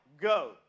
go